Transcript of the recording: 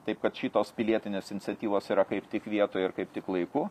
taip kad šitos pilietinės iniciatyvos yra kaip tik vietoj ir kaip tik laiku